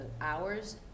hours